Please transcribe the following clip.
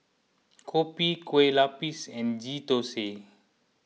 Kopi Kueh Lapis and Ghee Thosai